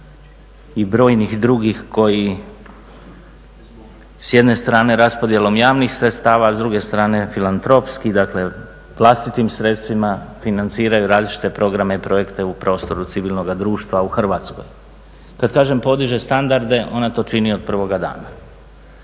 i brojnih drugih koji s jedne strane raspodjelom javnih sredstava, a s druge strane filantropski, dakle vlastitim sredstvima financiraju različite programe i projekte u prostoru civilnog društva u Hrvatskoj. Kad kažem podiže standarde, ona to čini od prvoga dana.